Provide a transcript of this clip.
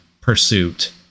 pursuit